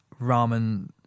ramen